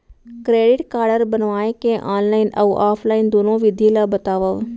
Credit card बनवाए के online अऊ ऑफलाइन दुनो विधि ला बतावव?